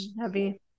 heavy